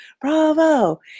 bravo